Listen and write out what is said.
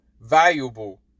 valuable